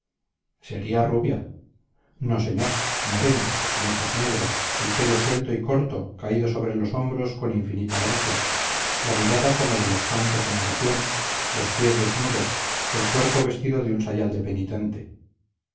sería rubia no señor morena de ojos negros el pelo suelto y corto caído sobre los hombros con infinita gracia la mirada como de los santos en oración los pies desnudos el cuerpo vestido de un sayal de penitente